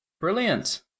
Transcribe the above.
Brilliant